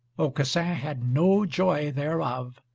aucassin had no joy thereof,